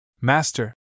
Master